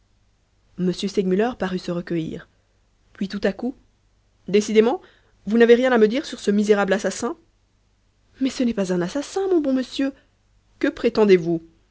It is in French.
m segmuller parut se recueillir puis tout à coup décidément vous n'avez rien à me dire sur ce misérable assassin mais ce n'est pas un assassin mon bon monsieur que prétendez-vous